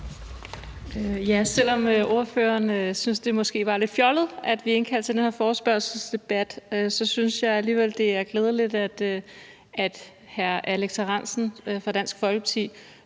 Selv om ordføreren syntes, det måske var lidt fjollet, at vi indkaldte til den her forespørgselsdebat, synes jeg alligevel, det er glædeligt, at hr. Alex Ahrendtsen fra Dansk Folkeparti